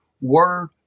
word